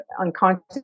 unconscious